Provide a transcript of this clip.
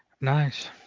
nice